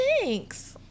thanks